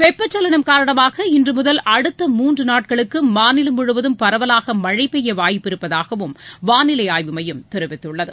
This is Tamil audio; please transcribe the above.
வெப்பச்சலனம் காரணமாக இன்றுமுதல் அடுத்த மூன்று நாட்களுக்கு மாநிலம் முழுவதும் பரவலாக மழை பெய்ய வாய்ப்பு இருப்பதாகவும் வானிலை ஆய்வு மையம் தெரிவித்துள்ளது